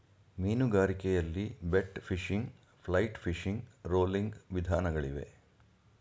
ಮೀನುಗಾರಿಕೆಯಲ್ಲಿ bait fishing, flight fishing, rolling ವಿಧಾನಗಳಿಗವೆ